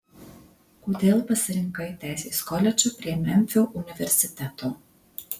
kodėl pasirinkai teisės koledžą prie memfio universiteto